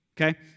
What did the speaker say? Okay